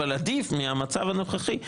אבל זה עדיף מהמצב הנוכחי,